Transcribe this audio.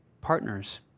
partners